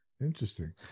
interesting